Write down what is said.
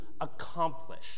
accomplish